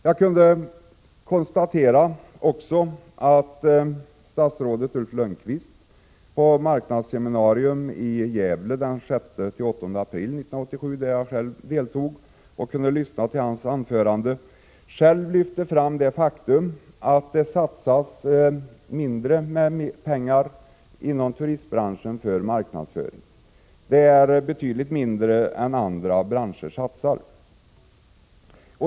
Jag kunde också konstatera att statsrådet Ulf Lönnqvist på ett marknadsseminarium den 6-8 april 1987, där jag själv deltog och kunde lyssna till hans anförande, lyfte fram det faktum att det satsas betydligt mindre pengar på marknadsföring inom turistbranschen än inom andra branscher.